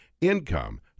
Income